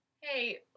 hey